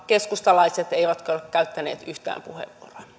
keskustalaiset eivät ole käyttäneet yhtään puheenvuoroa